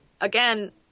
again